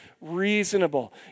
Reasonable